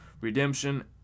Redemption